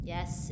Yes